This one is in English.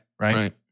Right